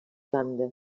banda